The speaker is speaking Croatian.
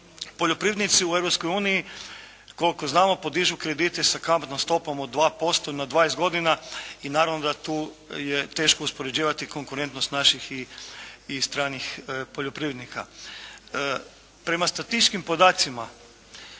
Poljoprivrednici u Europskoj uniji, koliko znamo, podižu kredite sa kamatnom stopom od 2% na 20 godina i naravno da tu je teško uspoređivati konkurentnost naših i stranih poljoprivrednika. Prema statističkim podacima